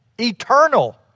eternal